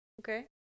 Okay